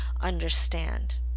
understand